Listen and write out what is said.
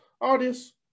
Audience